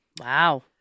Wow